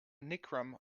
nichrome